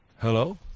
hello